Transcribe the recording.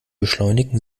beschleunigen